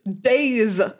days